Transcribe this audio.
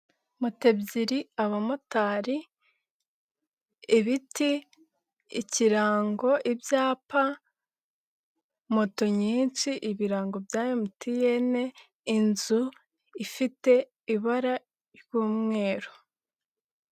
Moto ebyiri, abamotari, ibiti, ikirango, ibyapa, moto nyinshi, ibirango bya MTN, inzu ifite ibara ry'umweru.